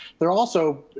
they're also,